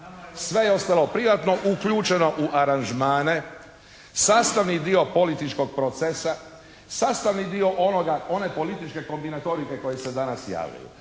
Sve je ostalo privatno uključeno u aranžmane. Sastavni dio političkog procesa. Sastavni dio onoga, one političke kombinatorike koje se danas javljaju.